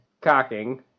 cocking